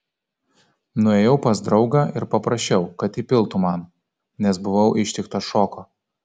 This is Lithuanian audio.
nuėjau pas draugą ir paprašiau kad įpiltų man nes buvau ištiktas šoko